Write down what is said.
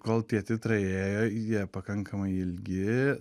kol tie titrai ėjo jie pakankamai ilgi